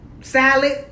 salad